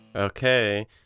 Okay